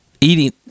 Eating